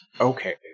okay